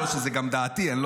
או